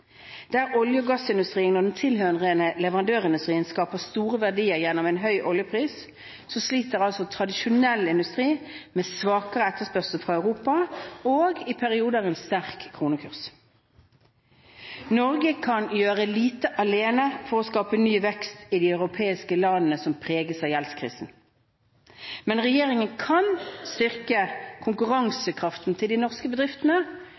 økonomi. Der olje- og gassindustrien og den tilhørende leverandørindustrien skaper store verdier gjennom en høy oljepris, sliter tradisjonell industri med svakere etterspørsel fra Europa og i perioder med sterk kronekurs. Norge kan gjøre lite alene for å skape ny vekst i de europeiske landene som preges av gjeldskrisen, men regjeringen kan styrke konkurransekraften til de norske bedriftene